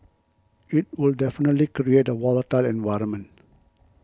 it would definitely create a volatile environment